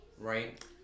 Right